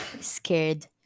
scared